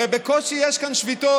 הרי בקושי יש כאן שביתות.